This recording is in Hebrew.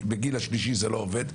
בגיל השלישי זה לא עובד.